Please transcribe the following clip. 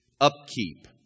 Upkeep